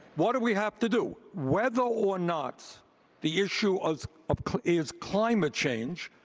what do we have to do? whether or not the issue is um is climate change,